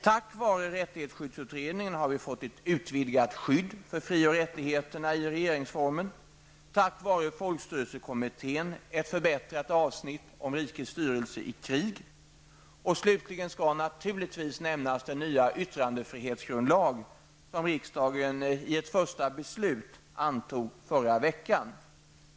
Tack vare rättighetsskyddsutredningen har vi fått ett utvidgat skydd för fri och rättigheterna i regeringsformen, och tack vare folkstyrelsekommittén ett förbättrat avsnitt om rikets styrelse i krig. Slutligen skall naturligtvis nämnas den nya yttrandefrihetsgrundlag som riksdagen i ett första beslut antog förra veckan.